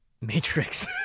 matrix